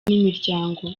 n’imiryango